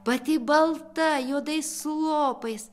pati balta juodais lopais